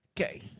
Okay